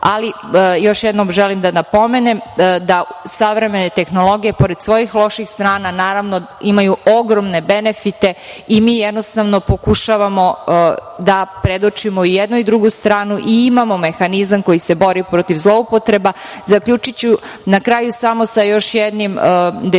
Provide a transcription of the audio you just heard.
Ali, još jednom želim da napomenem da savremene tehnologije, pored svojih loših strana, naravno, imaju ogromne benefite, i mi jednostavno pokušavamo da predočimo jednu i drugu stranu i imamo mehanizam koji se bori protiv zloupotreba. Zaključiću na kraju samo sa još jednim detaljem